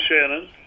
Shannon